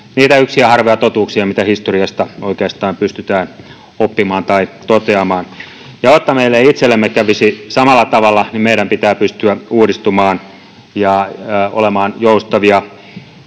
niitä yksiä harvoja totuuksia, mitä historiasta oikeastaan pystytään oppimaan tai toteamaan. Jotta meille itsellemme ei kävisi samalla tavalla, meidän pitää pystyä uudistumaan ja olemaan joustavia.